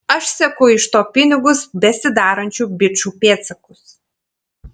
aš seku iš to pinigus besidarančių bičų pėdsakus